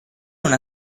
una